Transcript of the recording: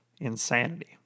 insanity